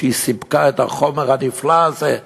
שסיפקה את החומר הנפלא הזה,